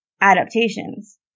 adaptations